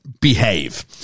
behave